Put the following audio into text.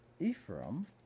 Ephraim